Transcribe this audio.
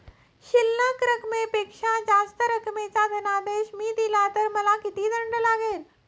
शिल्लक रकमेपेक्षा जास्त रकमेचा धनादेश मी दिला तर मला किती दंड लागेल?